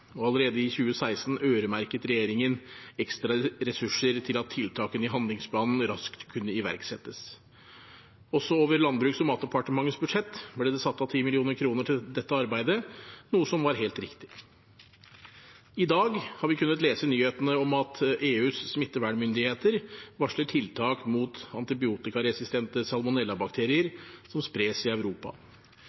og allerede i 2016 øremerket regjeringen ekstra ressurser til at tiltakene i handlingsplanen raskt kunne iverksettes. Også over Landbruks- og matdepartementets budsjett ble det satt av 10 mill. kr til dette arbeidet, noe som var helt riktig. I dag har vi kunnet lese nyhetene om at EUs smittevernmyndigheter varsler tiltak mot antibiotikaresistente salmonellabakterier som spres i Europa.